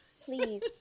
please